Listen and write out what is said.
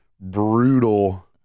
brutal